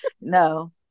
no